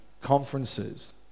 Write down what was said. conferences